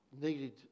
Needed